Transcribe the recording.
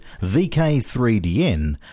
VK3DN